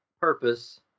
Purpose